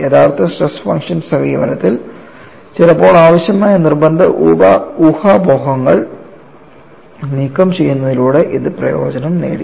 യഥാർത്ഥ stress function സമീപനത്തിൽ ചിലപ്പോൾ ആവശ്യമായ നിർബന്ധ ഊഹാപോഹങ്ങൾ നീക്കംചെയ്യുന്നതിലൂടെ ഇത് പ്രയോജനം നേടി